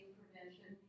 prevention